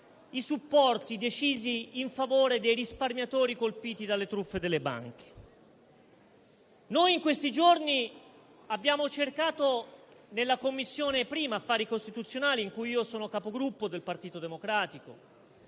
i supporti decisi in favore dei risparmiatori colpiti dalle truffe delle banche. Noi in questi giorni abbiamo cercato, in 1a Commissione affari costituzionali, dove io sono Capogruppo del Partito Democratico,